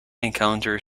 encountered